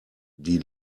die